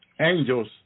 angels